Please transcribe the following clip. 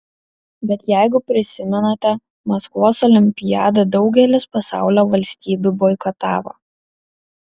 bet jeigu prisimenate maskvos olimpiadą daugelis pasaulio valstybių boikotavo